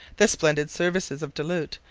the splendid services of du lhut,